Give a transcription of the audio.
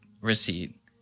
receipt